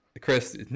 Chris